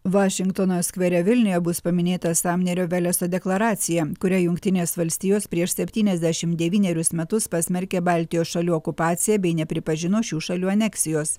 vašingtono skvere vilniuje bus paminėtas samnerio veleso deklaracija kuria jungtinės valstijos prieš septyniasdešim devynerius metus pasmerkė baltijos šalių okupaciją bei nepripažino šių šalių aneksijos